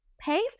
Pay